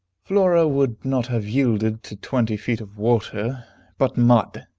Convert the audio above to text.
flora would not have yielded to twenty feet of water but mud!